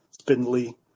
spindly